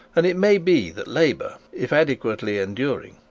and it may be that labour, if adequately enduring,